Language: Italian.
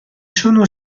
sono